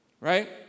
Right